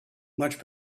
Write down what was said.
much